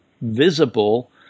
Visible